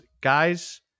Guys